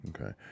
okay